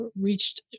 reached